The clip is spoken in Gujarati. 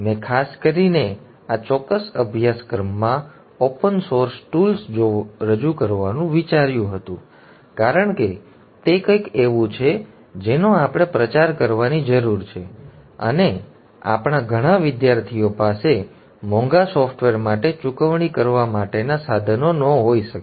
મેં ખાસ કરીને આ ચોક્કસ અભ્યાસક્રમમાં ઓપન સોર્સ ટૂલ્સ રજૂ કરવાનું વિચાર્યું હતું કારણ કે તે કંઈક એવું છે જેનો આપણે પ્રચાર કરવાની જરૂર છે અને આપણા ઘણા વિદ્યાર્થીઓ પાસે મોંઘા સોફ્ટવેર માટે ચૂકવણી કરવા માટેના સાધનો ન હોઈ શકે